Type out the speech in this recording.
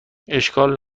اشکال